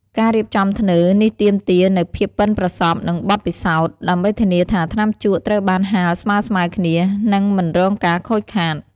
ការរៀបចំធ្នើរនេះទាមទារនូវភាពប៉ិនប្រសប់ និងបទពិសោធន៍ ដើម្បីធានាថាថ្នាំជក់ត្រូវបានហាលស្មើៗគ្នា និងមិនរងការខូចខាត។